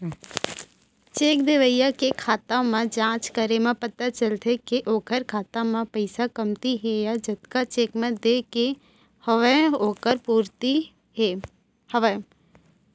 cheque देवइया के खाता म जाँच करे म पता चलथे के ओखर खाता म पइसा कमती हे या जतका चेक म देय के हवय ओखर पूरति हवय